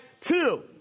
two